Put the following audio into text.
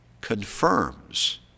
confirms